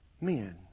Men